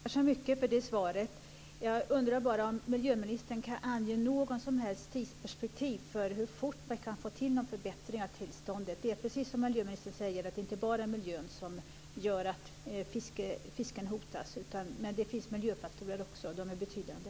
Fru talman! Jag tackar så mycket för det svaret. Jag undrar bara om miljöministern kan ange något som helst tidsperspektiv för hur fort man kan få till några förbättringar av tillståndet. Det är precis som miljöministern säger, att det inte bara är miljön som gör att fisken hotas. Men det finns miljöfaktorer också, och de är betydande.